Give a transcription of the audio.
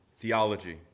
theology